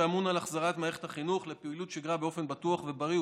שאמון על החזרת מערכת החינוך לפעילות שגרה באופן בטוח ובריא,